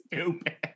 Stupid